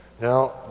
Now